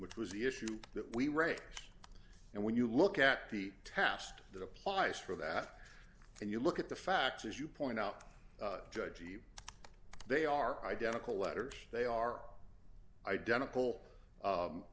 which was the issue that we read and when you look at the test that applies for that and you look at the facts as you point out judge they are identical letters they are identical